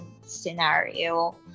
scenario